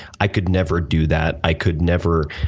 i could never do that. i could never